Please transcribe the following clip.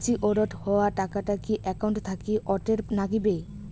Matured হওয়া টাকাটা কি একাউন্ট থাকি অটের নাগিবে?